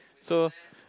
so